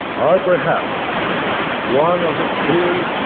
are perhaps one of the clearest